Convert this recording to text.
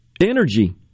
energy